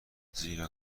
زیرا